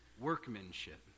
workmanship